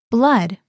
Blood